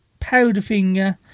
Powderfinger